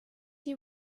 you